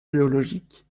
géologique